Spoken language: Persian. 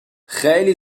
خیلی